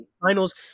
finals